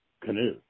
canoe